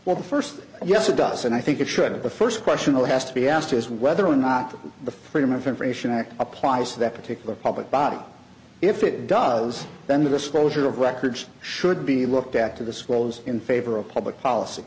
well the first yes it does and i think it should of the first question though has to be asked is whether or not the freedom of information act applies to that particular public body if it does then the disclosure of records should be looked at to the schools in favor of public policy